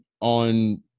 on